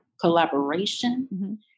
collaboration